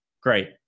great